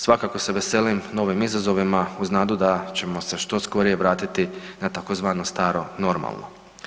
Svakako se veselim novim izazovima uz nadu da ćemo što skorije vratiti na tzv. staro normalno.